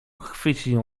chwycił